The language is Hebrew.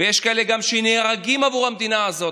ויש כאלה גם שנהרגים בעבור המדינה הזאת,